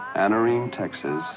anarene, texas,